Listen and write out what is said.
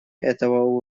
этого